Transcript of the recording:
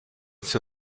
sie